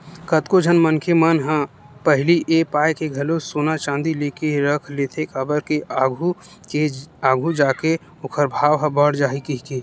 कतको झन मनखे मन ह पहिली ए पाय के घलो सोना चांदी लेके रख लेथे काबर के आघू जाके ओखर भाव ह बड़ जाही कहिके